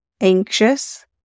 anxious